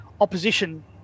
opposition